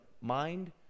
mind